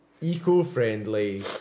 eco-friendly